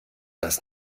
das